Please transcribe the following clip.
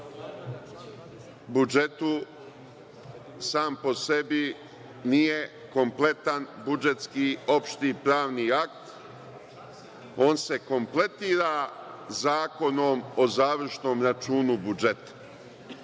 budžetu sam po sebi nije kompletan budžetski, opšti, pravni akt. On se kompletira zakonom o završnom računu budžeta,